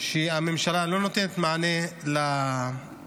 שהממשלה לא נותנת מענה לרשויות.